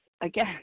again